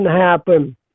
happen